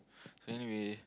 so anyway